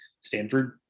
Stanford